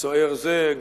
סוער זה,